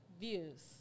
Views